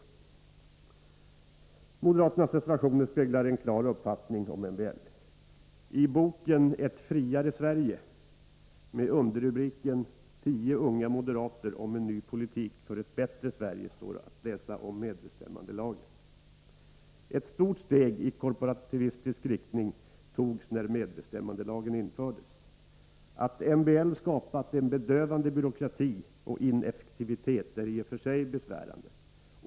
31 Moderaternas reservationer speglar en klar uppfattning om MBL. I boken Ett friare Sverige med underrubriken Tio unga moderater om en ny politik för ett bättre Sverige står det att läsa om medbestämmandelagen: Ett stort steg i korporativistisk riktning togs när medbestämmande lagen infördes. Att MBL skapat en bedövande byråkrati och ineffektivitet är i och för sig besvärande.